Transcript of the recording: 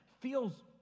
feels